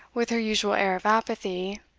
with her usual air of apathy,